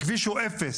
הכביש הוא אפס,